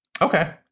Okay